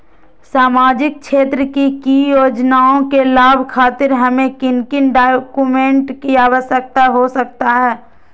सामाजिक क्षेत्र की योजनाओं के लाभ खातिर हमें किन किन डॉक्यूमेंट की आवश्यकता हो सकता है?